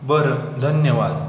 बरं धन्यवाद